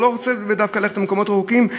הוא לא רוצה דווקא ללכת למקומות רחוקים,